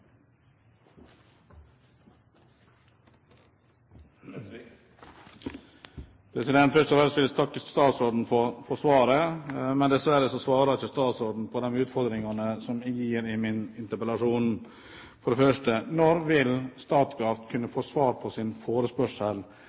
Først og fremst vil jeg takke statsråden for svaret, men dessverre svarer ikke statsråden på de utfordringene jeg gir i min interpellasjon. For det første: Når vil Statkraft kunne få svar på sin forespørsel?